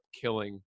killing